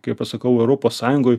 kaip aš sakau europos sąjungoj